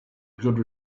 good